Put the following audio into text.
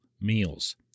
meals